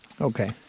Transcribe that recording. Okay